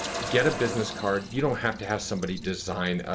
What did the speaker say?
get a business card. you don't have to have somebody design,